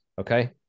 okay